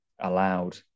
allowed